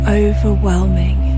overwhelming